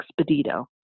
Expedito